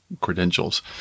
credentials